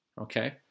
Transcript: Okay